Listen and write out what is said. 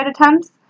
attempts